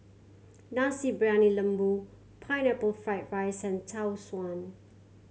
Nasi Briyani Lembu Pineapple Fried rice and Tau Suan